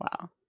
Wow